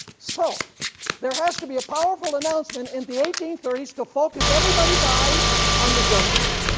so there has to be a powerful announcement in the eighteen thirty s to focus everybody's eyes on the judgment.